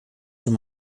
too